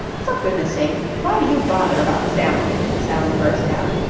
for goodness' sake! why do you bother about the family? sally burst out.